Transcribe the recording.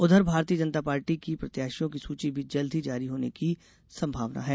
उधर भारतीय जनता पार्टी की प्रत्याशियों की सूची भी जल्द जारी होने की संभावना है